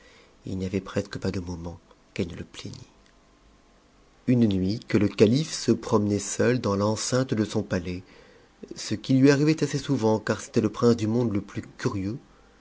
il n'y avait presque pas de moments qu'elle ne c plaignît une nuit que le calife se promenait seul dans l'enceinte de son patais ce qui lui arrivait assez souvent car c'était le prince du monde le plus curieux